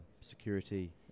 security